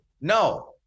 No